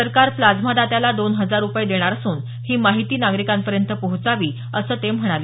सरकार प्लाझ्मा दात्याला दोन हजार रुपये देणार असून ही माहिती नागरिकांपर्यंत पोहोचावी असं ते म्हणाले